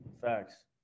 Facts